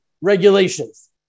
regulations